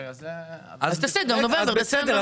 בסדר,